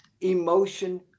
emotion